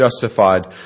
justified